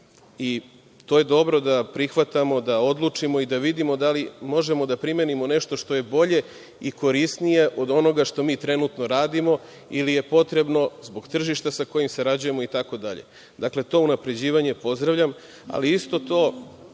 i to je dobro da prihvatamo, da odlučimo i da vidimo dali možemo da primenimo nešto što je bolje i korisnije od onoga što mi trenutno radimo, ili je potrebno, zbog tržišta sa kojim sarađujemo itd. Dakle, to unapređivanje pozdravljam, ali isto to